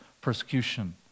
persecution